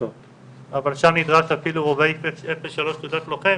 אבל שם נדרש אפילו רובאי 03 תעודת לוחם